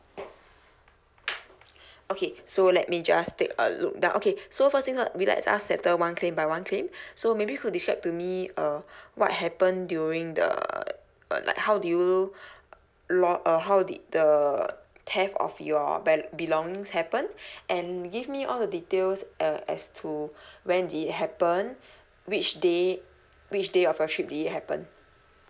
okay so let me just take a look now okay so first things first we let's us settle one claim by one claim so maybe you could describe to me uh what happened during the like how do you lo~(err) how did the theft of your bel~ belongings happen and give me all the details uh as to when did it happen which day which day of your trip did it happen